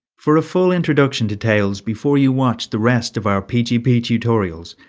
for a full introduction to tails before you watch the rest of our pgp tutorials,